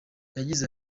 yagize